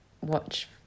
watch